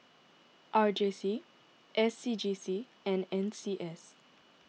R J C S C G C and N C S